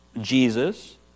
Jesus